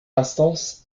instance